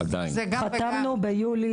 חתמנו ביולי